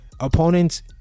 Opponents